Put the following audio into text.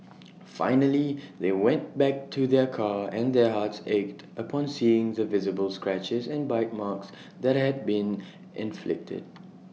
finally they went back to their car and their hearts ached upon seeing the visible scratches and bite marks that had been inflicted